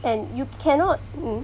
and you cannot mm